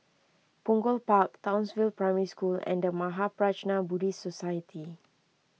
Punggol Park Townsville Primary School and the Mahaprajna Buddhist Society